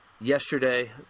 yesterday